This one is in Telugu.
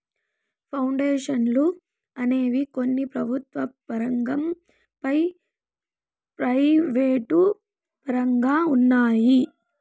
పౌండేషన్లు అనేవి కొన్ని ప్రభుత్వ పరంగా ప్రైవేటు పరంగా ఉన్నాయి